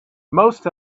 most